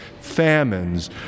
famines